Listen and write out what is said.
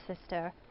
sister